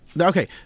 Okay